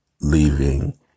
leaving